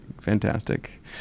Fantastic